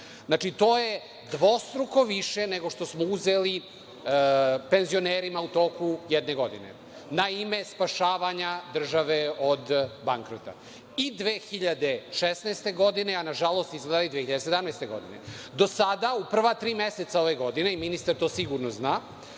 znači, to je dvostruko više nego što smo uzeli penzionerima u toku jedne godine na ime spašavanja države od bankrota, i 2016. godine, a nažalost izgleda i 2017. godine. Do sada u prva tri meseca ove godine, i ministar to sigurno zna